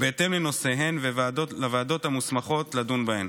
בהתאם לנושאיהן לוועדות המוסמכות לדון בהן.